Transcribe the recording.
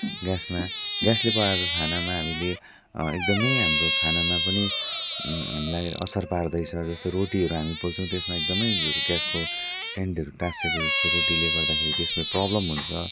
ग्यासमा ग्यासले पकाएको खानामा हामीले एकदमै हाम्रो खानामा पनि हामीलाई असर पार्दैछ जस्तो रोटीहरू हामी पोल्छौँ त्यसमा एकदमै ग्यासको सेन्टहरू टाँस्सिएको जस्तो रोटीले गर्दाखेरि त्यसमा प्रोब्लम हुन्छ